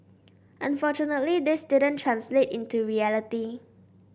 unfortunately this didn't translate into reality